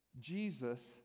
Jesus